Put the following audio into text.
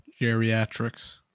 geriatrics